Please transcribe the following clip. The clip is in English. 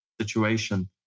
situation